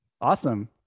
Awesome